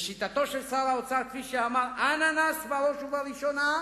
לשיטתו של שר האוצר כפי שאמר, אננס בראש ובראשונה.